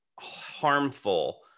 harmful